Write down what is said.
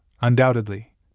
undoubtedly